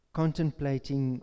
contemplating